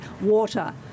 water